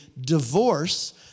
divorce